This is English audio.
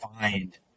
find